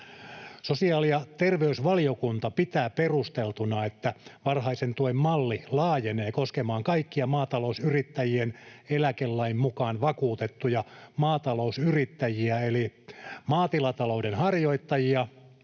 Sosiaali- ja terveysvaliokunta pitää perusteltuna, että varhaisen tuen malli laajenee koskemaan kaikkia maatalousyrittäjien eläkelain mukaan vakuutettuja maatalousyrittäjiä eli maatilatalouden harjoittajia,